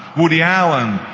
woody allen,